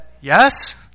yes